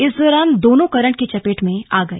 इस दौरान दोनों करंट की चपेट में आ गए